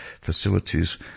facilities